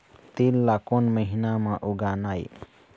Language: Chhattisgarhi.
तील ला कोन महीना म उगाना ये?